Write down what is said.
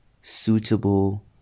suitable